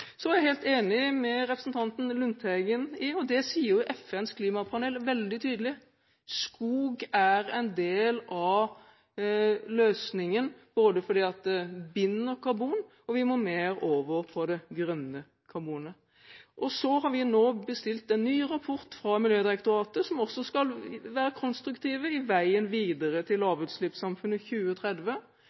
Så er jeg helt enig med representanten Lundteigen, og det sier jo FNs klimapanel veldig tydelig: Skog er en del av løsningen både fordi det binder karbon, og fordi vi må mer over på det grønne karbonet. Så har vi nå bestilt en ny rapport fra Miljødirektoratet som også skal være konstruktiv i veien videre mot lavutslippssamfunnet 2030.